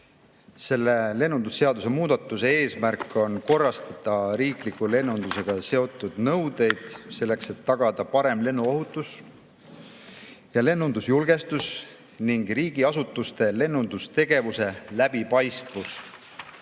Lennundusseaduse muudatuse eesmärk on korrastada riikliku lennundusega seotud nõudeid, et tagada parem lennuohutus ja lennundusjulgestus ning riigiasutuste lennundustegevuse läbipaistvus.